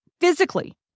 physically